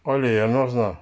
अहिले हेर्नु होस् न